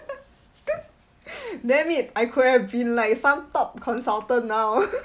damn it I could have been like some top consultant now